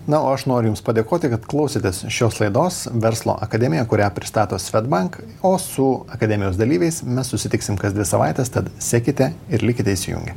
na o aš noriu jums padėkoti kad klausėtės šios laidos verslo akademija kurią pristato swedbank o su akademijos dalyviais mes susitiksim kas dvi savaites tad sekite ir likite įsijungę